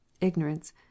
IGNORANCE